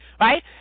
right